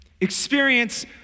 experience